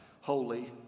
Holy